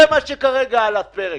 זה מה שכרגע על הפרק.